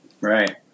right